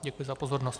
Děkuji za pozornost.